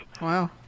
Wow